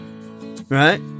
right